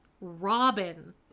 Robin